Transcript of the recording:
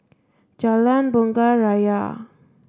Jalan Bunga Raya